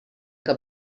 que